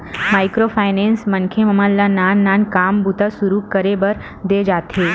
micro finance मनखे मन ल नान नान काम बूता सुरू करे बर देय जाथे